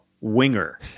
Winger